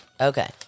Okay